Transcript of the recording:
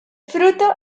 fruto